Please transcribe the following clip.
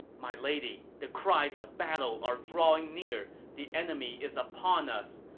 my lady, the cries of battle are drawing near the enemy is upon us!